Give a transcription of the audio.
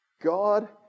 God